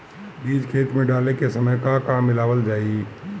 बीज खेत मे डाले के सामय का का मिलावल जाई?